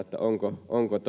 että onko se